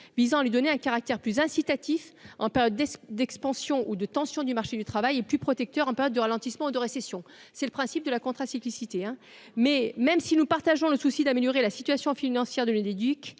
visant à lui donner un caractère plus incitatif en période d'expansion ou de tension du marché du travail et plus protecteur en période de ralentissement ou de récession, c'est le principe de la Contra cyclicité hein, mais même si nous partageons le souci d'améliorer la situation financière de l'Unédic,